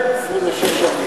26 שנים.